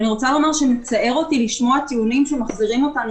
אני רוצה לומר שמצער אותי לשמוע טיעונים שמחזירים אותנו